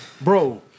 Bro